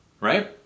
right